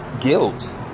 guilt